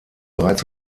bereits